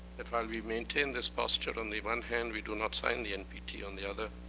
that while we maintain this posture on the one hand, we do not sign the npt on the other.